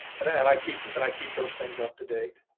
and and i keep and i keep those things up to date.